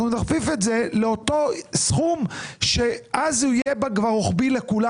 נכפיף את זה לאותו סכום שאז הוא יהיה רוחבי לכולם.